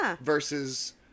versus